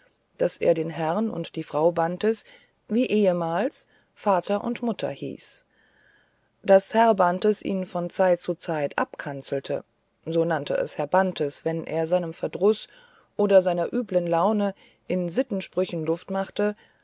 daß er den herrn und die frau bantes wie ehemals vater und mutter hieß daß herr bantes ihn von zeit zu zeit abkanzelte so nannte es herr bantes wenn er seinem verdruß oder seiner üblen laune in sittensprüchen luft machte